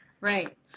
Right